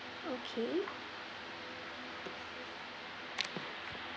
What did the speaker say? okay